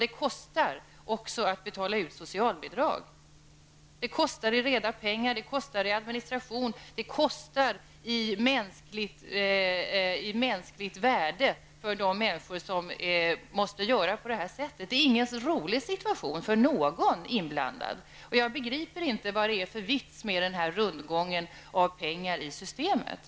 Det kostar också att betala ut socialbidrag -- i reda pengar i administration och i mänskligt värde för de människor som måste göra på detta sätt. Det är ingen rolig situation för någon inblandad. Jag begriper inte vitsen med denna rundgång av pengar i systemet.